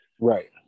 Right